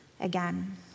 again